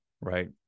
right